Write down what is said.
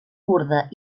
kurda